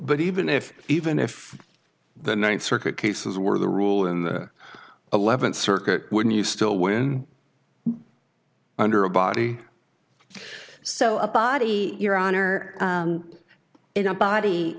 but even if even if the ninth circuit cases were the rule in the eleventh circuit wouldn't you still win under a body so a body your honor in a body